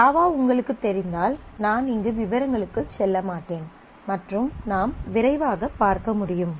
Java உங்களுக்குத் தெரிந்தால் நான் இங்கு விவரங்களுக்குச் செல்ல மாட்டேன் மற்றும் நாம் விரைவாகப் பார்க்க முடியும்